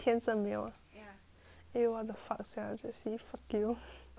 eh what the fuck sia jessie fuck you